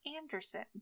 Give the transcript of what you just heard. Anderson